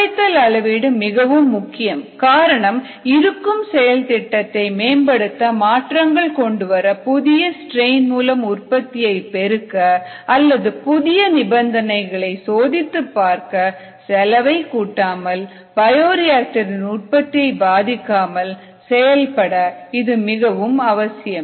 குறைத்தல் அளவீடு மிகவும் முக்கியம் காரணம் இருக்கும் செயல் திட்டத்தை மேம்படுத்த மாற்றங்கள் கொண்டுவர புதிய ஸ்ட்ரெயின் மூலம் உற்பத்தியை பெருக்க அல்லது புதிய நிபந்தனைகளை சோதித்துப் பார்க்க செலவை கூட்டாமல் பயோரியாக்டர் இன் உற்பத்தியை பாதிக்காமல் செயல்பட இது மிகவும் அவசியம்